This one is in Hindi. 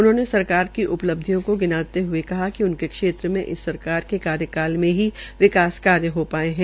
उन्होंने सरकार की उपलब्धियों को गिनाते हये कहा कि उनके क्षेत्र में इस सरकार के कार्यकाल में ही विकास कार्य हो पाये है